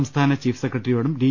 സംസ്ഥാന chief secretary യോടും D